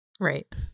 Right